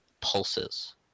pulses